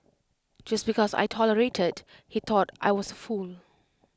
just because I tolerated he thought I was A fool